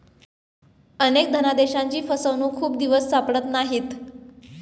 अनेक धनादेशांची फसवणूक खूप दिवस सापडत नाहीत